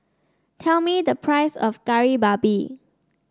tell me the price of Kari Babi